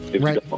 Right